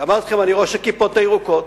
אמרתי לכם שאני ראש הכיפות הירוקות.